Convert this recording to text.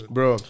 Bro